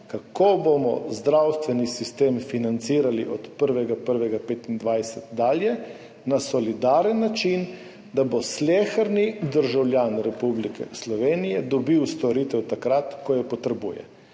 kako bomo zdravstveni sistem financirali od 1. 1. 2025 dalje, na solidaren način, da bo sleherni državljan Republike Slovenije dobil storitev takrat, ko jo potrebuje.